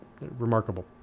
remarkable